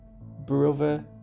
brother